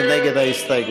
מי נגד ההסתייגות?